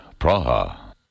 Praha